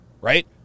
Right